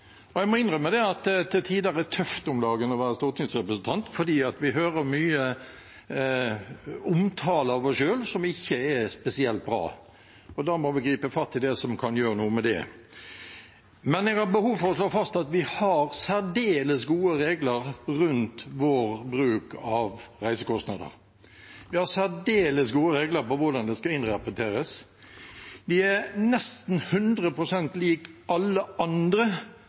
stortingsrepresentanter. Jeg må innrømme at det til tider er tøft å være stortingsrepresentant nå om dagen, for vi hører mye omtale av oss selv som ikke er spesielt bra. Da må vi gripe fatt i det som kan gjøre noe med det. Men jeg har behov for å slå fast at vi har særdeles gode regler for våre reisekostnader. Vi har særdeles gode regler for hvordan det skal innrapporteres. De er nesten 100 pst. like som for alle andre